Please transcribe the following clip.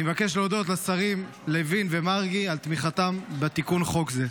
אני מבקש להודות לשרים לוין ומרגי על תמיכתם בתיקון חוק זה.